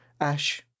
Ash